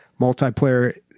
Multiplayer